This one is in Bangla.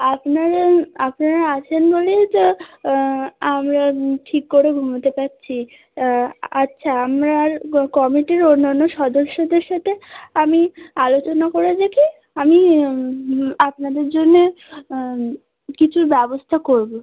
আপনারা আপনারা আছেন বলেই তো আমরা ঠিক করে ঘুমতে পারছি আচ্ছা আমরা আর ক কমিটির অন্যান্য সদস্যদের সাথে আমি আলোচনা করে দেখি আমি আপনাদের জন্যে কিছু ব্যবস্থা করবো